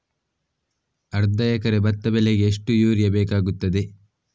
ಅರ್ಧ ಎಕರೆ ಭತ್ತ ಬೆಳೆಗೆ ಎಷ್ಟು ಯೂರಿಯಾ ಬೇಕಾಗುತ್ತದೆ?